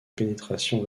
pénétration